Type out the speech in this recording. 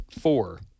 four